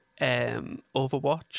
Overwatch